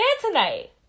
tonight